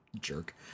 Jerk